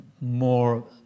more